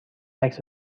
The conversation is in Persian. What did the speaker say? عکس